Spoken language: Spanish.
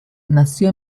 nació